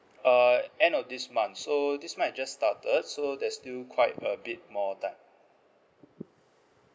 uh end of this month so this month has just started so there's still quite a bit more time